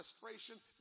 frustration